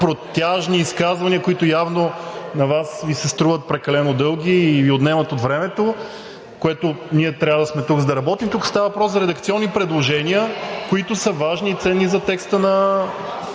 протяжни изказвания, които на Вас явно Ви се струват прекалено дълги и Ви отнемат от времето. Ние трябва да сме тук, за да работим. Тук става въпрос за редакционни предложения, които са важни и ценни за текста на